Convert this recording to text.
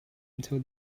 until